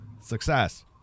success